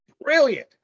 brilliant